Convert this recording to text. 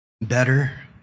better